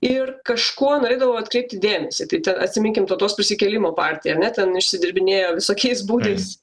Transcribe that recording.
ir kažkuo norėdavo atkreipti dėmesį tai atsiminkim tautos prisikėlimo partiją ar ne ten išsidirbinėjo visokiais būdais